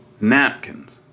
napkins